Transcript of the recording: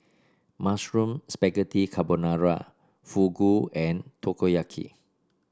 Mushroom Spaghetti Carbonara Fugu and Takoyaki